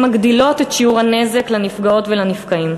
מגדילות את שיעור הנזק לנפגעות ולנפגעים.